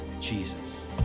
Jesus